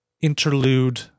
interlude